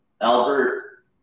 Albert